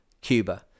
Cuba